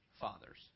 fathers